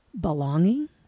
belonging